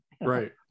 right